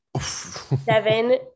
seven